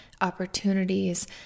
opportunities